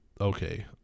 okay